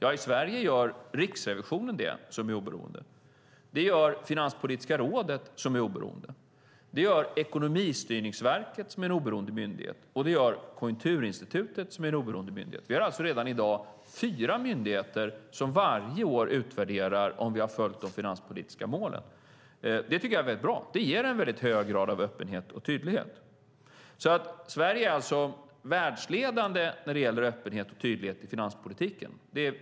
I Sverige gör Riksrevisionen, som är oberoende, det, Finanspolitiska rådet, som är oberoende, gör det, Ekonomistyrningsverket, som är en oberoende myndighet, gör det och Konjunkturinstitutet, som är en oberoende myndighet, gör det. Vi har alltså redan i dag fyra myndigheter som varje år utvärderar om vi har följt de finanspolitiska målen. Det tycker jag är mycket bra. Det ger en mycket hög grad av öppenhet och tydlighet. Sverige är alltså världsledande när det gäller öppenhet och tydlighet i finanspolitiken.